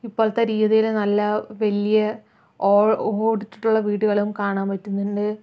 ഇപ്പോഴത്തെ രീതിയിൽ നല്ല വലിയ ഓടിട്ടുള്ള വീടുകളും കാണാൻ പറ്റുന്നുണ്ട്